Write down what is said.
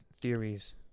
theories